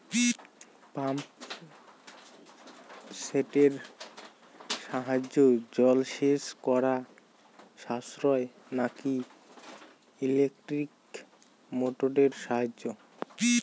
Pump সেটের সাহায্যে জলসেচ করা সাশ্রয় নাকি ইলেকট্রনিক মোটরের সাহায্যে?